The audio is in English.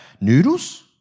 noodles